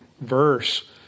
verse